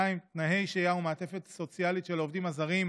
2.תנאי שהייה ומעטפת סוציאלית של העובדים הזרים,